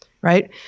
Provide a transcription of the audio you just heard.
right